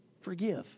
forgive